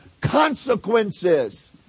consequences